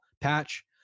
patch